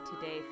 today